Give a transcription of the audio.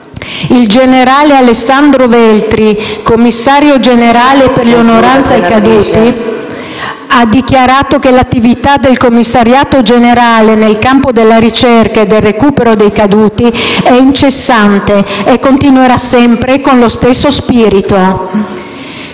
Il generale Alessandro Veltri, commissario generale per le onoranze ai caduti, ha dichiarato che l'attività del commissariato generale nel campo della ricerca e del recupero dei caduti è incessante e continuerà sempre con lo stesso spirito.